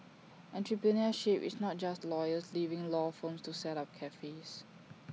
entrepreneurship is not just lawyers leaving law firms to set up cafes